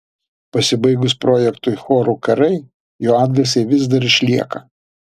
pasibaigus projektui chorų karai jo atgarsiai vis dar išlieka